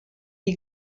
die